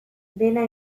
dena